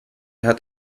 hat